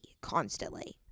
constantly